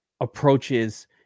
approaches